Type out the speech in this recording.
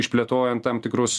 išplėtojant tam tikrus